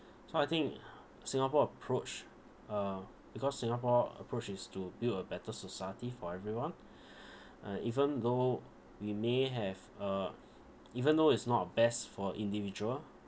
so I think singapore approach uh because singapore approach is to build a better society for everyone uh even though we may have uh even though it's not a best for individual